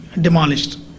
demolished